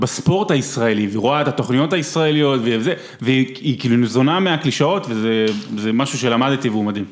בספורט הישראלי ורואה את התוכניות הישראליות והיא ניזונה מהקלישאות וזה משהו שלמדתי והוא מדהים